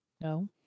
no